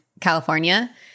California